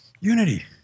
Unity